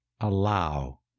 allow